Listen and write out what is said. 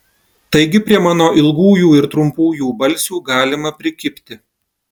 taigi prie mano ilgųjų ir trumpųjų balsių galima prikibti